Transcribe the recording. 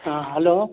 ꯑꯥ hello